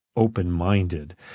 open-minded